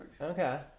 Okay